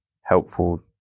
helpful